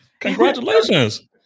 Congratulations